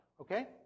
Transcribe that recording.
Okay